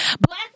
Black